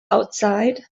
outside